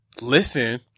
Listen